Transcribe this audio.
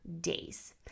days